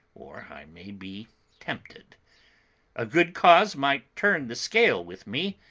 or i may be tempted a good cause might turn the scale with me,